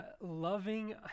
loving